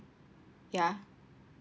ya